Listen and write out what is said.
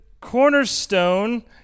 cornerstone